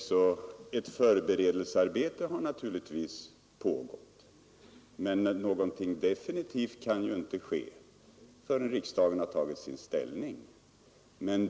Herr talman! Som jag sade i mitt tidigare inlägg, har ett förberedelsearbete pågått, men någonting definitivt kan ju inte ske förrän riksdagen har tagit ställning.